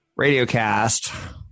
radiocast